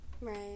Right